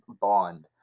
bond